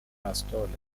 pastole